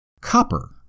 copper